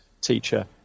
teacher